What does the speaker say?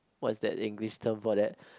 what that English term for that